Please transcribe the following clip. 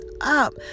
up